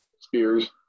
Spears